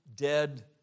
dead